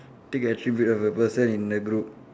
take a attribute of a person in the group